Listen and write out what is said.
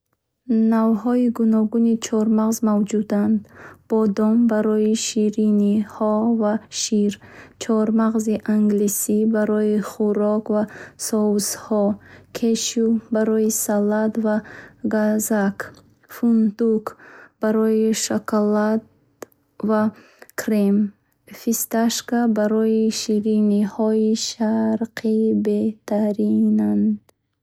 Навъҳои гуногуни чормағз мавҷуданд: бодом барои шириниҳо ва шир, чормағзи англисӣ барои хӯрок ва соусҳо, кешью барои салат ва газак, фундук барои шоколад ва крем, фисташка барои шириниҳои шарқӣ беҳтаринанд.